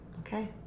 Okay